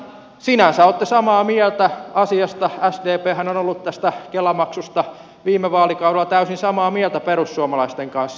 sinänsä olette samaa mieltä asiasta sdphän on ollut tästä kela maksusta viime vaalikaudella täysin samaa mieltä perussuomalaisten kanssa